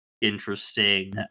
interesting